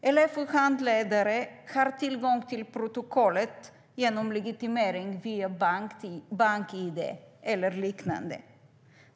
Elev och handledare har tillgång till protokollet genom legitimering via bank-id eller liknande.